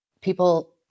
People